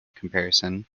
comparison